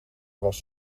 was